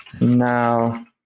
Now